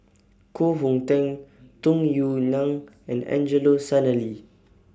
Koh Hong Teng Tung Yue Nang and Angelo Sanelli